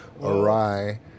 awry